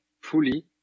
Fully